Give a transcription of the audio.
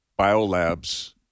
biolabs